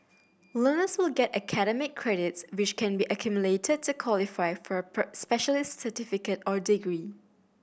learners will get academic credits which can be accumulated to qualify for a per specialist certificate or degree